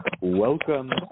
Welcome